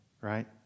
right